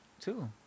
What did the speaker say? Two